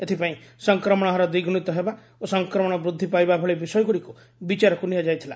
ଏଥିପାଇଁ ସଂକ୍ରମଣ ହାର ଦ୍ୱିଗୁଣିତ ହେବା ଓ ସଂକ୍ରମଣ ବୃଦ୍ଧି ପାଇବା ଭଳି ବିଷୟଗୁଡ଼ିକୁ ବିଚାରକୁ ନିଆଯାଇଥିଲା